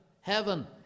heaven